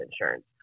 insurance